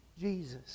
Jesus